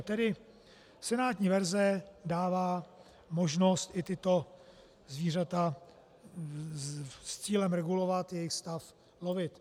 Tedy senátní verze dává možnost i tato zvířata s cílem regulovat jejich stav lovit.